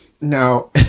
Now